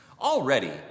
Already